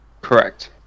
Correct